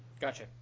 Gotcha